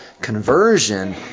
conversion